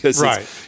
Right